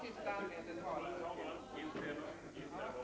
Fru talman!